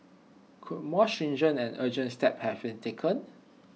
could more stringent and urgent steps have been taken